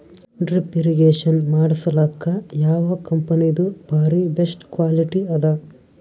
Drip irrigation ಮಾಡಸಲಕ್ಕ ಯಾವ ಕಂಪನಿದು ಬಾರಿ ಬೆಸ್ಟ್ ಕ್ವಾಲಿಟಿ ಅದ?